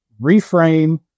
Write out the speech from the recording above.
reframe